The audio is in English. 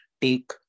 take